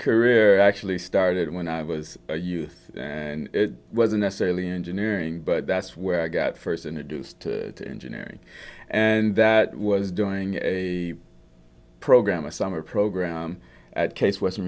career i actually started when i was a youth wasn't necessarily engineering but that's where i got first introduced to engineering and that was doing a program a summer program at case western